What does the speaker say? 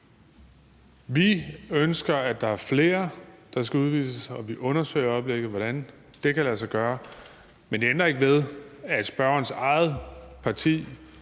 Vi ønsker, at der er flere, der skal udvises, og vi undersøger i øjeblikket, hvordan det kan lade sig gøre, men det ændrer ikke ved, at spørgerens eget parti